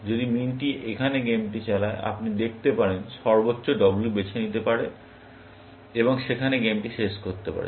যদি মিনটি এখানে গেমটি চালায় আপনি দেখতে পারেন সর্বোচ্চ W বেছে নিতে পারে এবং সেখানে গেমটি শেষ করতে পারে